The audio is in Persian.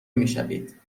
میشوید